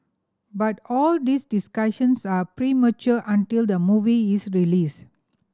but all these discussions are premature until the movie is released